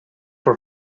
for